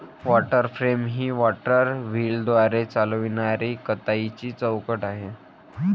water frame ही water व्हीलद्वारे चालविणारी कताईची चौकट आहे